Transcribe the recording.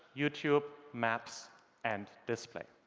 youtube, maps and display.